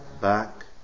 Back